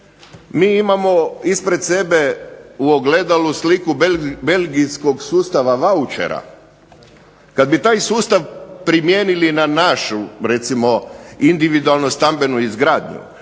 Mi imamo ispred sebe u ogledalu sliku belgijskog sustava vaučera. Kad bi taj sustav primijenili na našu recimo individualnu stambenu izgradnju,